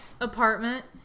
apartment